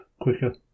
quicker